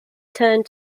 turned